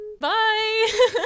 Bye